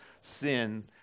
sin